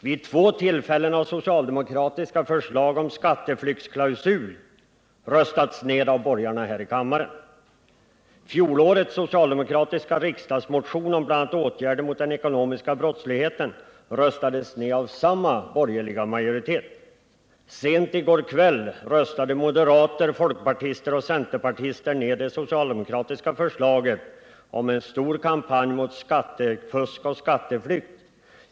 Vid två tillfällen har socialdemokratiska förslag om skatteflyktsklausul röstats ned av borgarna här i kammaren. Fjolårets socialdemokratiska motion om bl.a. åtgärder mot den ekonomiska brottsligheten röstades ned av samma borgerliga majoritet. Sent i går kväll röstade moderater, folkpartister och centerpartister ned det socialdemokratiska förslaget om en stor kampanj mot skattefusk och skatteflykt.